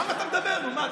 כמה אתה מדבר, נו מה?